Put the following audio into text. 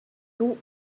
two